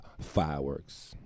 fireworks